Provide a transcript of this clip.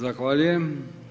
Zahvaljujem.